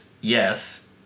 yes